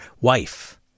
wife